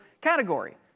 category